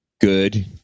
Good